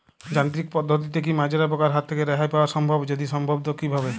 যান্ত্রিক পদ্ধতিতে কী মাজরা পোকার হাত থেকে রেহাই পাওয়া সম্ভব যদি সম্ভব তো কী ভাবে?